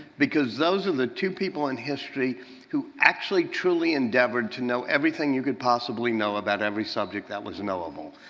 because those are the two people in history who actually truly endeavored to know everything you could possibly know about every subject that was knowable.